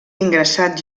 ingressat